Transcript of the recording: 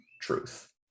truth